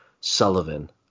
Sullivan